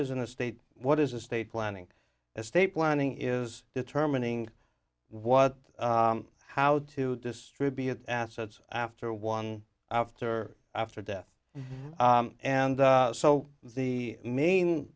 is in a state what is a state planning estate planning is determining what how to distribute assets after one after after death and so the main